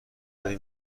داری